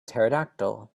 pterodactyl